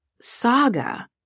saga